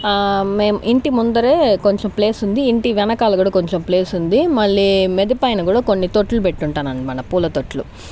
మేము ఇంటి ముందరే కొంచెం ప్లేస్ ఉంది ఇంటి వెనకాల కూడా కొంచెం ప్లేస్ ఉంది మళ్లీ మిద్ది పైన కూడా కొన్ని తొట్టులు పెట్టి ఉంటాను అనమాట పూల తొట్టులు